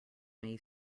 may